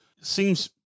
seems